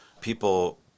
people